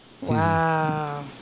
Wow